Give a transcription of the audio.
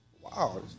Wow